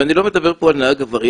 ואני לא מדבר פה על נהג עבריין,